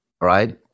right